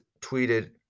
tweeted